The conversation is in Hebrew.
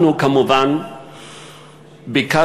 אנחנו כמובן ביקשנו,